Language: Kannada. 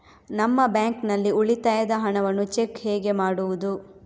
ನಮ್ಮ ಬ್ಯಾಂಕ್ ನಲ್ಲಿ ಉಳಿತಾಯದ ಹಣವನ್ನು ಚೆಕ್ ಹೇಗೆ ಮಾಡುವುದು?